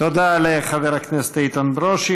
תודה לחבר הכנסת איתן ברושי.